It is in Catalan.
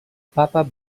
papa